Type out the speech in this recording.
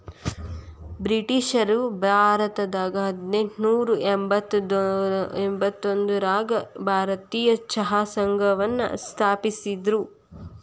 ಬ್ರಿಟಿಷ್ರು ಭಾರತದಾಗ ಹದಿನೆಂಟನೂರ ಎಂಬತ್ತೊಂದರಾಗ ಭಾರತೇಯ ಚಹಾ ಸಂಘವನ್ನ ಸ್ಥಾಪಿಸಿದ್ರು